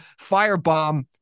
firebomb